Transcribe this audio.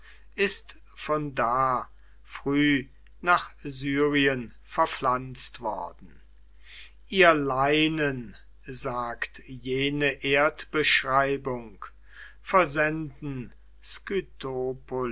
ist von da früh nach syrien verpflanzt worden ihr leinen sagt jene erdbeschreibung versenden